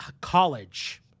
college